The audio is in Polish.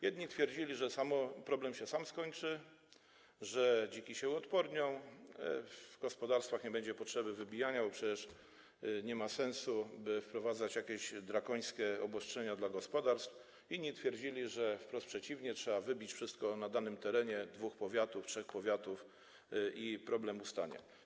Jedni twierdzili, że problem się sam skończy, że dziki się uodpornią, że w gospodarstwach nie będzie potrzeby wybijania zwierząt, bo przecież nie ma sensu wprowadzać jakichś drakońskich obostrzeń dla gospodarstw, inni twierdzili, że wprost przeciwnie, trzeba wybić wszystko na danym terenie, na terenie dwóch powiatów, trzech powiatów, i problem ustanie.